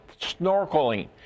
snorkeling